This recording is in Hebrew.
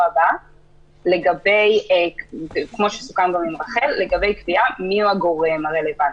הבא לגבי קביעה מיהו הגורם הרלוונטי.